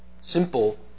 simple